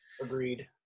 agreed